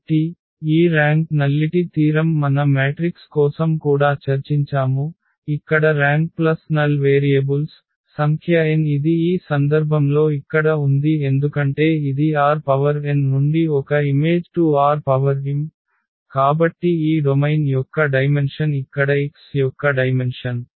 కాబట్టి ఈ rank nullity తీరం మన మ్యాట్రిక్స్ కోసం కూడా చర్చించాము ఇక్కడ ర్యాంక్ ప్లస్ నల్ వేరియబుల్స్ సంఖ్య n ఇది ఈ సందర్భంలో ఇక్కడ ఉంది ఎందుకంటే ఇది Rn నుండి ఒక ఇమేజ్s to Rm కాబట్టి ఈ డొమైన్ యొక్క డైమెన్షన్ ఇక్కడ X యొక్క డైమెన్షన్